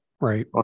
right